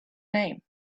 name